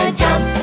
jump